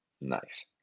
Nice